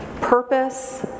purpose